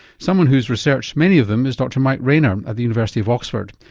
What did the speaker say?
someone who's researched many of them is dr mike rayner at the university of oxford.